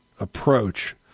approach